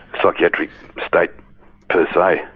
psychiatric state per se.